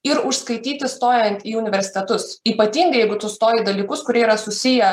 ir užskaityti stojant į universitetus ypatingai jeigu tu stoji dalykus kurie yra susiję